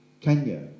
Kenya